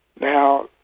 Now